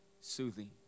soothing